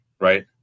right